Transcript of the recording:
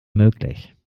möglich